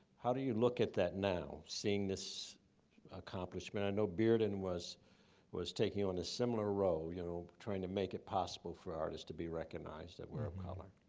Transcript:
how do you look at that now, seeing this accomplishment? i know bearden was was taking on a similar role, you know trying to make it possible for artists to be recognized that were of color.